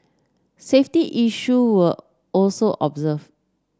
safety issue were also observed